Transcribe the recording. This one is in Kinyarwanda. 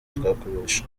twakoresha